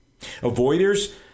Avoiders